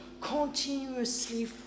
continuously